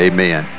Amen